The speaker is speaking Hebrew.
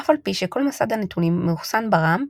אף על פי שכל מסד הנתונים מאוחסן ב־RAM,